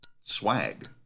swag